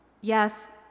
Yes